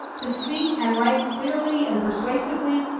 to speak and write clearly and persuasively,